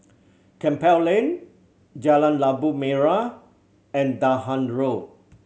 Campbell Lane Jalan Labu Merah and Dahan Road